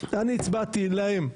אני הצבעתי להם,